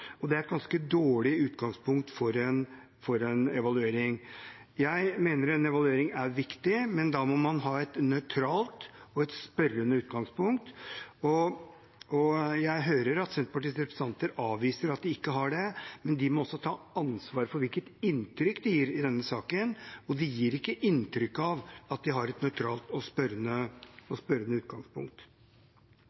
og det er et ganske dårlig utgangspunkt for en evaluering. Jeg mener en evaluering er viktig, men da må man ha et nøytralt og spørrende utgangspunkt. Jeg hører at Senterpartiets representanter avviser at de ikke har det, men de må også ta ansvar for hvilket inntrykk de gir i denne saken, og de gir ikke inntrykk av at de har et nøytralt og spørrende